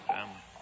Family